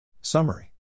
Summary